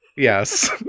Yes